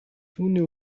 түүний